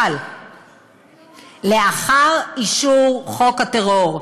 אבל לאחר אישור חוק הטרור,